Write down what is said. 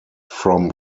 from